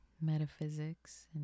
Metaphysics